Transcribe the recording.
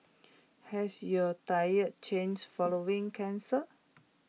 has your diet changed following cancer